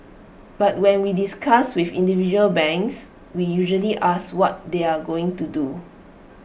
but when we discuss with individual banks we usually ask what they are going to do